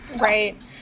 Right